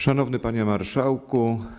Szanowny Panie Marszałku!